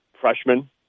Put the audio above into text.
freshman